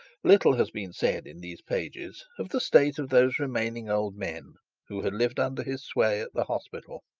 little has been said in these pages of the state of those remaining old men who had lived under his sway at the hospital.